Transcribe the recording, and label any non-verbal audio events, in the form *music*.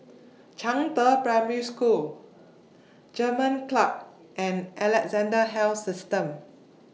*noise* Zhangde Primary School German Club and Alexandra Health System